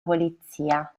polizia